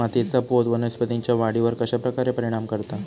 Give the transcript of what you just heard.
मातीएचा पोत वनस्पतींएच्या वाढीवर कश्या प्रकारे परिणाम करता?